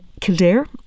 Kildare